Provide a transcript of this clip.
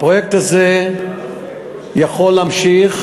הפרויקט הזה יכול להימשך,